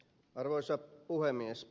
arvoisa puhemies